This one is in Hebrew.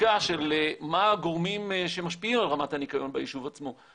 בדיקה של מה הגורמים שמשפיעים על רמת הניקיון ביישוב עצמו,